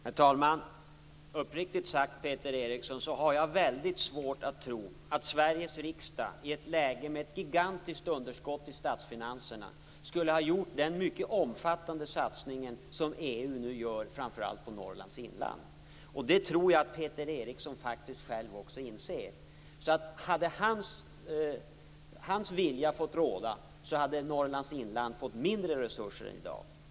Herr talman! Uppriktigt sagt, Peter Eriksson, har jag väldigt svårt att tro att Sveriges riksdag i ett läge med ett gigantiskt underskott i statsfinanserna skulle ha gjort den mycket omfattande satsning som EU nu gör framför allt i Norrlands inland. Det tror jag faktiskt att även Peter Eriksson inser. Hade hans vilja fått råda hade Norrlands inland fått mindre resurser i dag.